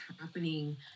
happening